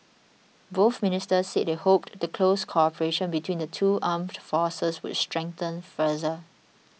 both ministers said they hoped the close cooperation between the two armed forces would strengthen further